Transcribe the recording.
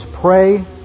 Pray